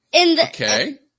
Okay